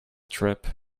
trip